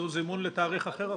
הצעת החוק.